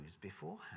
beforehand